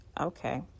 Okay